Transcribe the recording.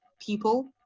people